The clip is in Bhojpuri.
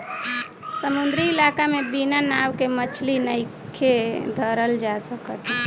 समुंद्री इलाका में बिना नाव के मछली नइखे धरल जा सकत